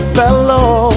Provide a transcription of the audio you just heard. fellow